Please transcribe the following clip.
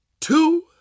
two